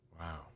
Wow